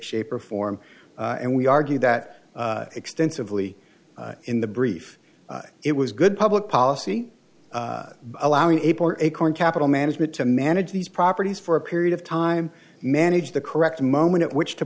shape or form and we argued that extensively in the brief it was good public policy allowing a acorn capital management to manage these properties for a period of time manage the correct moment at which to